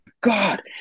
God